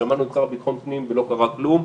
ושמענו את השר לביטחון הפנים ולא קרה כלום.